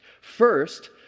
First